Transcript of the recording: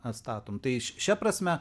atstatom tai šia prasme